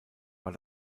war